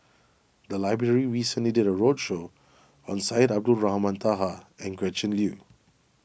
the library recently did a roadshow on Syed Abdulrahman Taha and Gretchen Liu